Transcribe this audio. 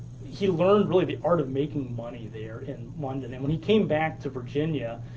he learned really the art of making money there in london, and when he came back to virginia,